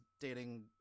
dating